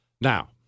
Now